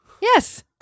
Yes